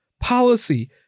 policy